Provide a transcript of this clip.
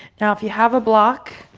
now, if you have a block.